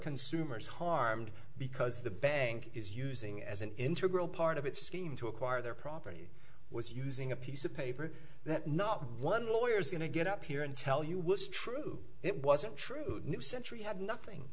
consumers harmed because the bank is using as an integral part of its scheme to acquire their property was using a piece of paper that no one lawyer is going to get up here and tell you was true it wasn't true new century had nothing